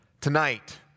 Tonight